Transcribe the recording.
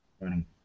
running